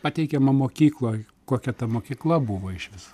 pateikiama mokykloj kokia ta mokykla buvo išvis